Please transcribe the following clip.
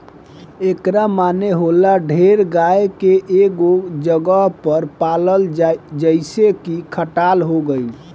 एकरा माने होला ढेर गाय के एगो जगह पर पलाल जइसे की खटाल हो गइल